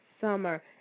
summer